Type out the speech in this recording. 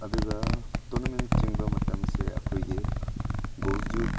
ꯑꯗꯨꯒ ꯇꯣꯔꯅꯥꯃꯦꯟ ꯆꯦꯟꯕ ꯃꯇꯝꯁꯦ ꯑꯩꯈꯣꯏꯒꯤ ꯒꯣꯜꯁꯇꯨ